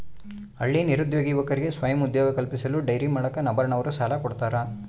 ಹಳ್ಳಿ ನಿರುದ್ಯೋಗಿ ಯುವಕರಿಗೆ ಸ್ವಯಂ ಉದ್ಯೋಗ ಕಲ್ಪಿಸಲು ಡೈರಿ ಮಾಡಾಕ ನಬಾರ್ಡ ನವರು ಸಾಲ ಕೊಡ್ತಾರ